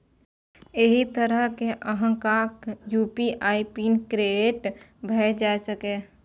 एहि तरहें अहांक यू.पी.आई पिन क्रिएट भए जाएत